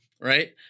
right